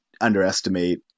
underestimate